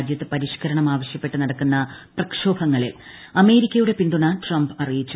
രാജ്യത്ത് പരിഷ്ക്കരണം ആവശ്യപ്പെട്ട് നടക്കുന്ന പ്രക്ഷോഭങ്ങളിൽ അമേരിക്കയുടെ പിന്തുണ ട്രംപ് അറിയിച്ചു